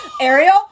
ariel